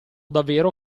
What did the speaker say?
davvero